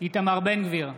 איתמר בן גביר,